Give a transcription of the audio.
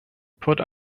put